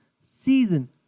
season